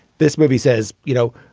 this movie says, you know,